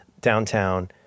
downtown